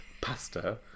pasta